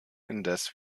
indes